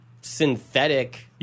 synthetic